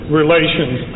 relations